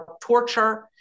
torture